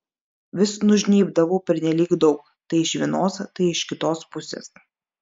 vis nužnybdavau pernelyg daug tai iš vienos tai iš kitos pusės